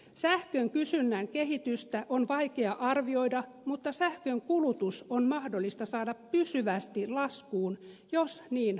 sähkön kysynnän kehitystä on vaikea arvioida mutta sähkönkulutus on mahdollista saada pysyvästi laskuun jos niin haluamme